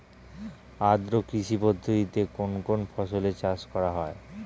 আদ্র কৃষি পদ্ধতিতে কোন কোন ফসলের চাষ করা হয়?